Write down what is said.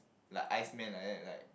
like iceman like that like